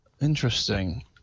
interesting